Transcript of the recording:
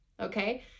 Okay